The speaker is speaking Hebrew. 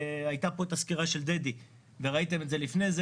הייתה פה הסקירה של דדי וראיתם את זה לפני כן.